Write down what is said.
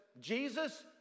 Jesus